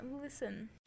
listen